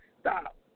stop